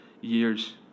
years